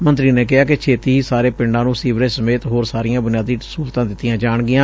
ਮੰਤਰੀ ਨੇ ਕਿਹਾ ਕਿ ਛੇਤੀ ਹੀ ਸਾਰੇ ਪਿੰਡਾਂ ਨੂੰ ਸੀਵਰੇਜ ਸਮੇਤ ਹੋਰ ਸਾਰੀਆਂ ਬੁਨਿਆਦੀ ਸਹੁਲਤਾਂ ਦਿੱਤੀਆਂ ਜਾਣਗੀਆਂ